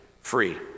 free